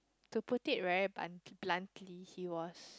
to put it right but bluntly he was